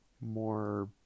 more